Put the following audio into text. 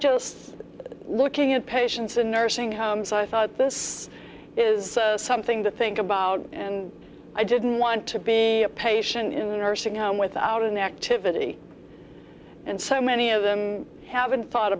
just looking at patients in nursing homes i thought this is something to think about and i didn't want to be a patient in the nursing home without an activity and so many of them haven't thought